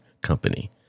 company